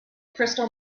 crystal